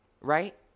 right